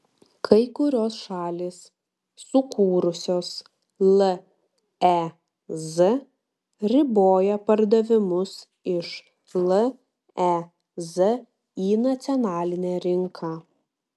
kai kurios šalys sukūrusios lez riboja pardavimus iš lez į nacionalinę rinką